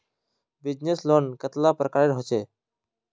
Business loan कतेला प्रकारेर होचे?